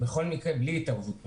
בלי התערבות ממשלתית.